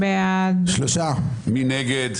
מי נגד?